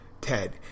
Ted